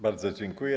Bardzo dziękuję.